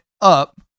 up